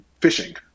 fishing